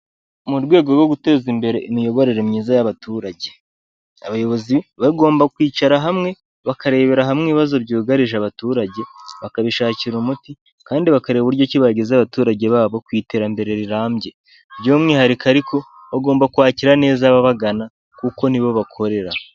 Mu rwego rwo guteza imbere imiyoborere myiza y'abaturage, abayobozi bagomba kwicara hamwe bakarebera hamwe ibibazo byugarije abaturage, bakabishakira umuti kandi bakareba uburyo icyo bageza abaturage babo ku iterambere rirambye, by'umwihariko ariko bagomba kwakira neza ababagana kuko nibo bakorera.